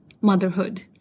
motherhood